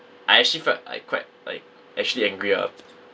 I actually felt like quite like actually angry ah